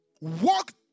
walk